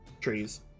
trees